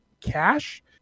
Cash